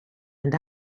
and